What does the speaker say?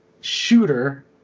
shooter